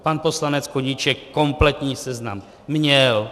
Pan poslanec Koníček kompletní seznam měl.